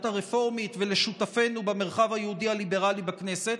הרפורמית ולשותפינו במרחב היהודי הליברלי בכנסת.